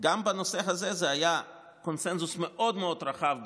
גם בנושא הזה היה קונסנזוס מאוד מאוד רחב בכנסת,